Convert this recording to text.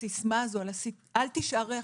הסיסמא הזו "אל תישארי.